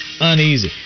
Uneasy